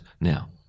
now